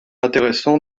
intéressant